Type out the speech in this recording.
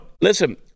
Listen